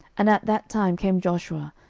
and at that time came joshua,